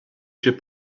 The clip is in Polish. się